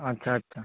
আচ্ছা আচ্ছা